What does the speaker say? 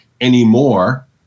anymore